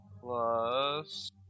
Plus